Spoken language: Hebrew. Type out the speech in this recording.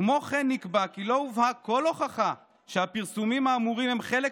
"כמו כן נקבע כי לא הובאה כל הוכחה שהפרסומים האמורים הם חלק